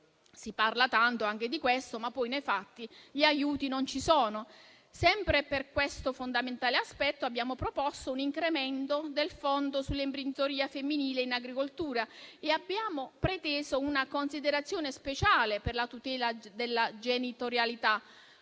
Si parla tanto anche di questo, ma poi nei fatti gli aiuti non ci sono. Sempre per questo fondamentale aspetto abbiamo proposto un incremento del fondo per l'imprenditoria femminile in agricoltura e abbiamo preteso una considerazione speciale per la tutela della genitorialità,